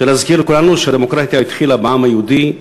אני רוצה להזכיר לכולנו שהדמוקרטיה התחילה בעם היהודי.